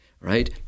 right